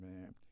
man